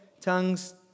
tongues